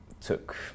took